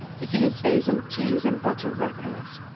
to see his face on cheese and butter wrappers.